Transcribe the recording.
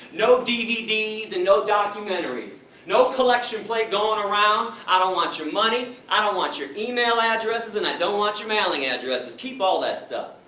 no dvds and no documentaries. no collection plate going around, i don't want your money. i don't want your e mail addresses, and i don't want your mailing addresses. keep all that stuff.